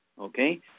okay